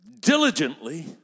diligently